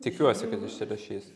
tikiuosi kad išsirašys